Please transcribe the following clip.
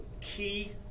key